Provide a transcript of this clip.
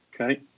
Okay